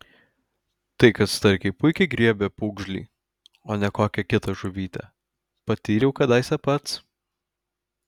tai kad starkiai puikiai griebia pūgžlį o ne kokią kitą žuvytę patyriau kadaise pats